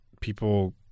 people